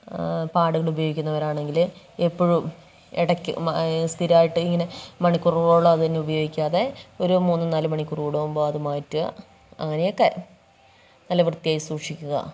പാഡുകൾ ഉപയോഗിക്കുന്നവരാണെങ്കിൽ എപ്പോഴും ഇടയ്ക്ക് സ്ഥിരമായിട്ട് ഇങ്ങനെ മണിക്കൂറുകളോളം അതുതന്നെ ഉപയോഗിക്കാതെ ഒരു മൂന്ന് നാലു മണിക്കൂർ കൂടുമ്പോൾ അതു മാറ്റുക അങ്ങനെയൊക്കെ നല്ല വൃത്തിയായി സൂക്ഷിക്കുക